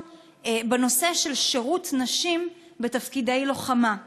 בנושא של שירות נשים בתפקידי לוחמה.